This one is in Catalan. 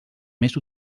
més